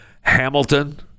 Hamilton